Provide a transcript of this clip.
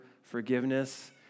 Forgiveness